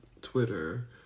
Twitter